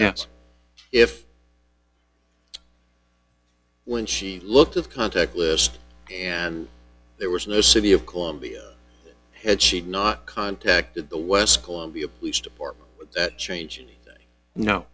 yes if when she looked of contact list and there was no city of columbia had she not contacted the west columbia police department that changes no